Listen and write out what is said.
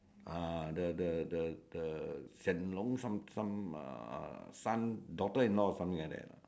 ah the the the the Hsien-loong some some uh son daughter in law or something like that lah